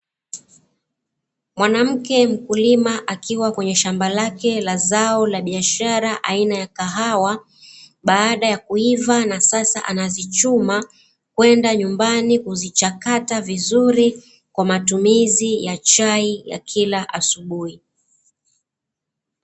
Mwanamke amkulima akiwa kwenye shamba lake la zao la biashara aina ya kahawa, baada ya kuiva na sasa anazichuma kwenda nyumbani kuzichakata vizuri, kwa matumizi ya chai ya kila asubuhi.